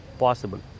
possible